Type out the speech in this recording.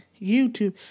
YouTube